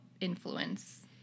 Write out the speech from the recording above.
influence